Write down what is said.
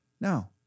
No